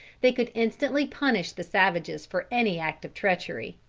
they could instantly punish the savages for any act of treachery.